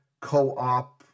co-op